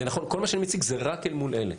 כל מה שאני מציג זה רק אל מול אלה,